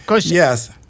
Yes